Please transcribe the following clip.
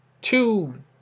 Two